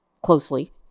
closely